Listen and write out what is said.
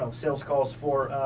um sales calls for